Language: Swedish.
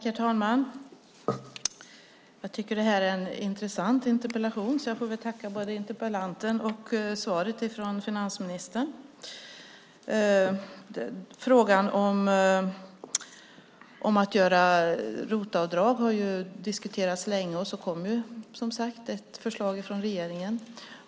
Herr talman! Jag tackar interpellanten för en intressant interpellation. Jag tackar också finansministern för svaret. Efter att frågan om ROT-avdrag diskuterats länge kom, som sagt, ett förslag från regeringen.